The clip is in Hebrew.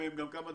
כמעט